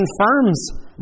confirms